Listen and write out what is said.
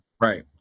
Right